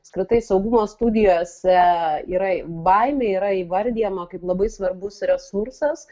apskritai saugumo studijose yra baimė yra įvardijama kaip labai svarbus resursas